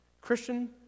Christian